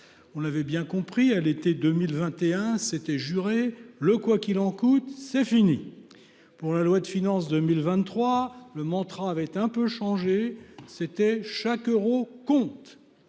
On avait bien compris à l'été 2021 s'étaient juré le quoi qu'il en coûte c'est fini. Pour la loi de finances 2023 le montrant avaient un peu changé. C'était chaque euro compte.